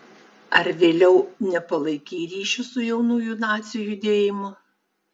ar vėliau nepalaikei ryšių su jaunųjų nacių judėjimu